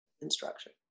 instruction